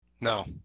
No